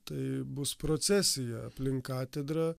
tai bus procesija aplink katedrą